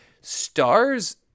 stars